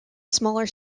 smaller